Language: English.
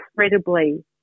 incredibly